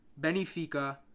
Benfica